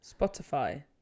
spotify